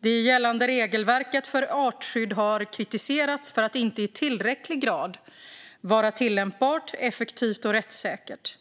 Det gällande regelverket för artskydd har kritiserats för att inte i tillräcklig grad vara tillämpbart, effektivt och rättssäkert.